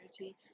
energy